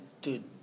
dude